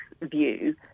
view